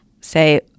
say